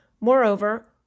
Moreover